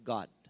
God